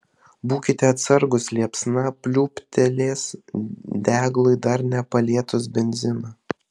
būkite atsargūs liepsna pliūptelės deglui dar nepalietus benzino